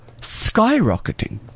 skyrocketing